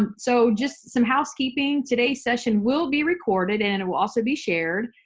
and so just some housekeeping. today's session will be recorded and it will also be shared.